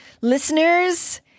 listeners